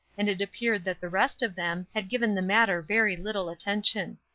and it appeared that the rest of them had given the matter very little attention.